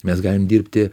mes galim dirbti